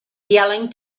yelling